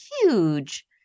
huge